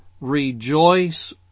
rejoice